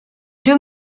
deux